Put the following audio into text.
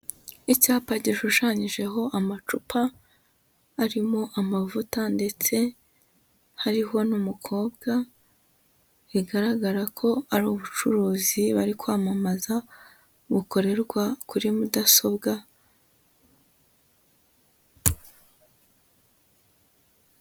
Icyapa gishushanyijeho amacupa arimo amavuta ndetse hariho n'umukobwa, bigaragara ko ari ubucuruzi bari kwamamaza bukorerwa kuri mudasobwa.